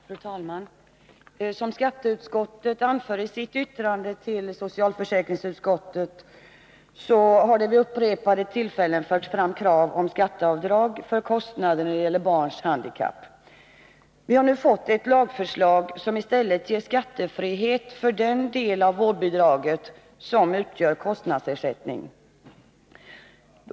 Fru talman! Som skatteutskottet anför i sitt yttrande till socialförsäkringsutskottet har det vid upprepade tillfällen förts fram krav på skatteavdrag för kostnader när det gäller barns handikapp. Vi har nu fått ett lagförslag som i stället innebär skattefrihet för den del av vårdbidraget som utgör kostnadsersättning.